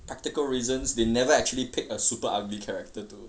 practical reasons they never actually picked a super ugly character to